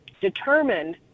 determined